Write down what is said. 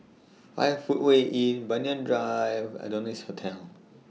five Footway Inn Banyan Drive Adonis Hotel